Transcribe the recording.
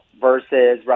versus